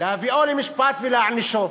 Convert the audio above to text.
להביאו למשפט ולהענישו.